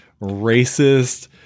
racist